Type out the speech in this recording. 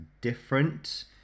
different